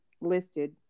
listed